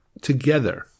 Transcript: together